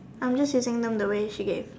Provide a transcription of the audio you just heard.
I'm just using them the way she gave